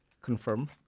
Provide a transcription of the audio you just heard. Confirm